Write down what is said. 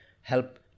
help